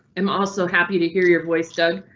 i'm also happy to hear your voice doug,